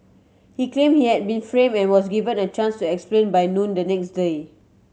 he claim he had been frame and was given a chance to explain by noon the next day